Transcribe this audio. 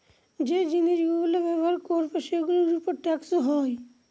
যে জিনিস গুলো ব্যবহার করবো সেগুলোর উপর ট্যাক্স হয়